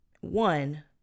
one